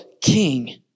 king